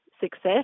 success